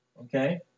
okay